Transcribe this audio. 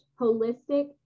holistic